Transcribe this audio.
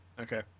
Okay